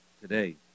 today